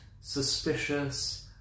suspicious